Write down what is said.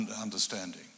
understanding